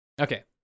Okay